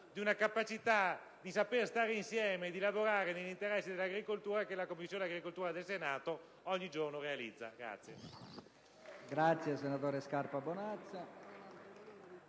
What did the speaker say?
di una capacità di stare insieme, di lavorare nell'interesse dell'agricoltura che la Commissione agricoltura del Senato ogni giorno realizza.